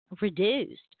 reduced